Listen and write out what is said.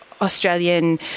Australian